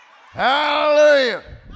Hallelujah